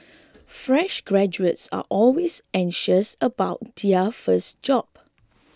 fresh graduates are always anxious about their first job